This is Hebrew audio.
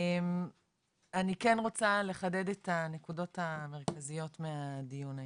אני כן רוצה לחדד את הנקודות המרכזיות מהדיון היום.